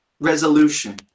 resolution